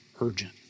urgent